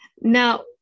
Now